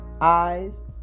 eyes